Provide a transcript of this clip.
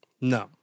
No